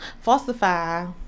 falsify